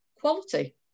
quality